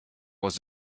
was